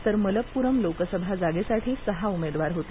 तर मल्लपुरम लोकसभा जागेसाठी सहा उमेदवार होते